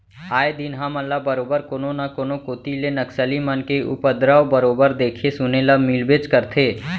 आए दिन हमन ल बरोबर कोनो न कोनो कोती ले नक्सली मन के उपदरव बरोबर देखे सुने ल मिलबेच करथे